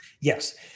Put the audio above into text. Yes